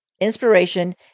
inspiration